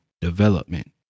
development